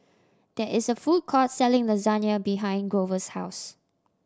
there is a food court selling Lasagne behind Grover's house